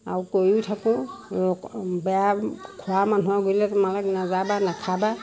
আৰু কৈও থাকোঁ বেয়া খোৱা মানুহৰ গুৰিলৈ তোমালোক নাযাবা নাখাবা